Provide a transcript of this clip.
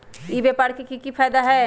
ई व्यापार के की की फायदा है?